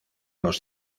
los